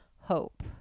hope